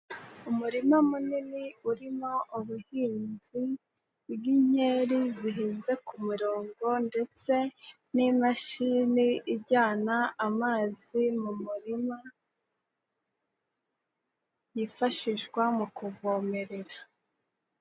Umurima munini urimo ubuhinzi bw'inkeri zihinze kumurongo ndetse n'imashini ijyana amazi mu murima, yifashishwa mu kuvomerera.